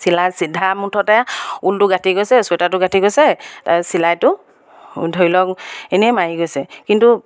চিলাই চিধা মুঠতে ঊলটো গাঁঠি গৈছে চুৱেটাৰটো গাঁঠি গৈছে তাৰ চিলাইটো ধৰি লওক এনেই মাৰি গৈছে কিন্তু